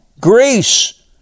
Greece